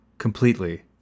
Completely